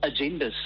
agendas